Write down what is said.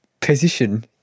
position